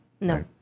No